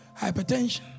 hypertension